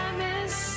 miss